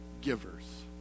givers